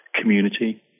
community